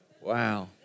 Wow